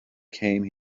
came